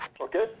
Okay